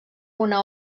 una